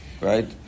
right